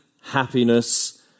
happiness